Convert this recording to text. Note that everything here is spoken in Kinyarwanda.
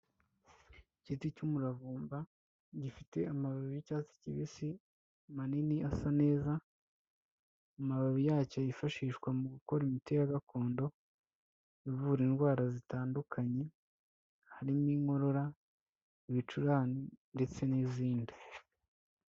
Igiti cy'umuravumba gifite amababi y'icyatsi kibisi manini asa neza, amababi yacyo yifashishwa mu gukora imiti gakondo ivura indwara zitandukanye, harimo inkorora, ibicurane ndetse n'izindi.